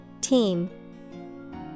Team